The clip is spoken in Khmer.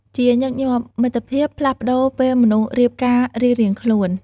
ជាញឹកញាប់ មិត្តភាពផ្លាស់ប្តូរពេលមនុស្សរៀបការរៀងៗខ្លួន។